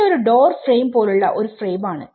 ഇത് door frame പോലുള്ള ഒരു ഫ്രെയിം ആണ്